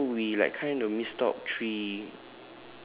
ya so we like kinda missed out three